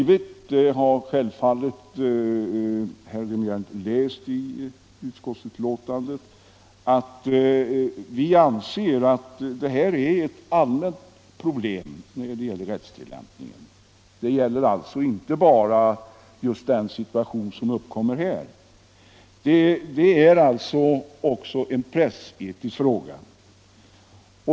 Vi framhåller i betänkandet att vi anser att detta är ett allmänt problem vid rättstilllämpningen. Det gäller alltså inte bara just sådana situationer som uppkommer i detta sammanhang. Det är också en pressetisk fråga.